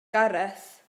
gareth